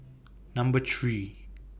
Number three